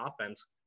offense